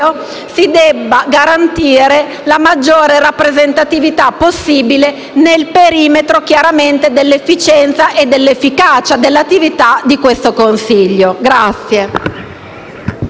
si debba garantire la maggiore rappresentatività possibile nel perimetro dell'efficienza e dell'efficacia dell'attività del consiglio